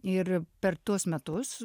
ir per tuos metus